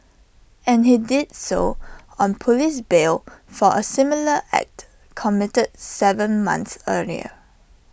and he did so on Police bail for A similar act committed Seven months earlier